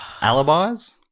Alibis